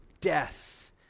death